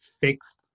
fixed